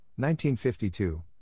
1952